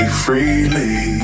freely